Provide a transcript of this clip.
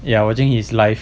ya watching his live